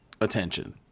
attention